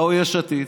באו יש עתיד